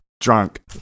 Drunk